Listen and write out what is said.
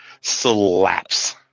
slaps